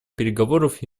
переговоров